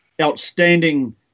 Outstanding